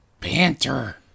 banter